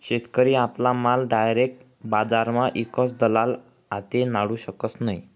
शेतकरी आपला माल डायरेक बजारमा ईकस दलाल आते नाडू शकत नै